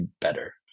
better